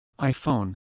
iPhone